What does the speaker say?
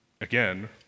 again